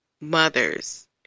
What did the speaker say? mothers